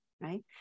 right